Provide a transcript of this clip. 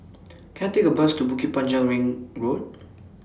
Can I Take A Bus to Bukit Panjang Ring Road